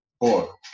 Four